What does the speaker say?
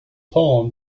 poem